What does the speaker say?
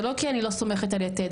אמרתי שזה לא כי אני לא סומכת על יתד,